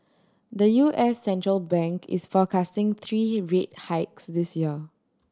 the U S central bank is forecasting three rate hikes this year